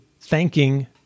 thanking